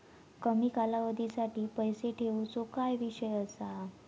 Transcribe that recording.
कमी कालावधीसाठी पैसे ठेऊचो काय विषय असा?